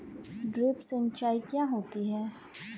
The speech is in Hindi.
ड्रिप सिंचाई क्या होती हैं?